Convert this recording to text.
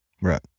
Right